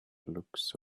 looks